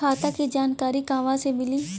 खाता के जानकारी कहवा से मिली?